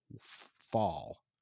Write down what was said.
fall